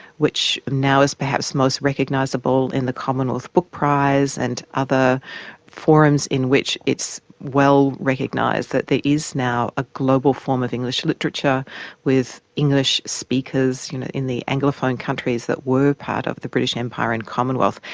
which now is perhaps most recognisable in the commonwealth book prize and other forums in which it's well recognised that there is now a global form of english literature with english speakers you know in the anglophone countries that were part of the british empire and commonwealth,